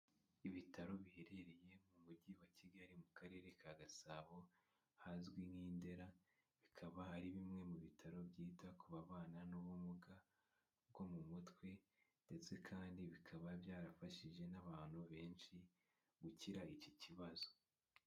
Ibitaro biherereye mu Mujyi wa Kigali mu Karere ka Gasabo ahazwi nk'i Ndera, bikaba ari bimwe mu bitaro byita ku babana n'ubumuga bwo mu mutwe, ndetse kandi bikaba byarafashije n'abantu benshi gukira iki kibazo.